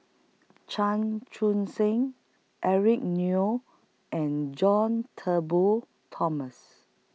Chan Chun Sing Eric Neo and John Turnbull Thomas